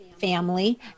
family